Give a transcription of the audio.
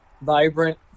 vibrant